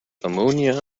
ammonia